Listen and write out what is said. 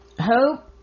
Hope